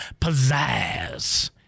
pizzazz